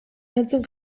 lantzen